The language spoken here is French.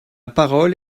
parole